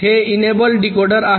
हे enable decoder आहे